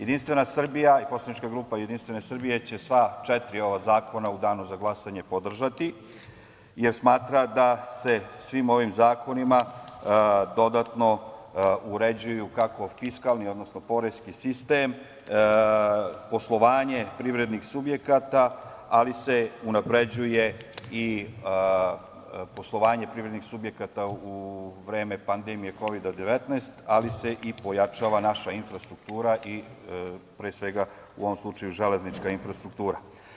Jedinstvena Srbija i poslanička grupa JS će sva četiri ova zakona u danu za glasanje podržati, jer smatra da se svim ovim zakonima dodatno uređuju kako fiskalni, odnosno poreski sistem, poslovanje privrednih subjekata, ali se unapređuje i poslovanje privrednih subjekata u vreme pandemije Kovida 19, ali se i pojačava naša infrastruktura i pre svega u ovom slučaju železnička infrastruktura.